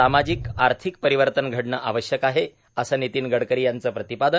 सामाजिक आर्थिक परिवर्तन घडणं आवश्यक आहे असं नितीन गडकरी यांचं प्रतिपादन